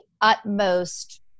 utmost